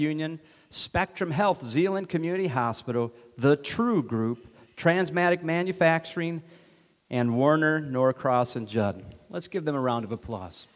union spectrum health zealand community hospital the true group trans matic manufacturing and warner norcross and judd let's give them a round of applause